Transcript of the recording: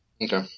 okay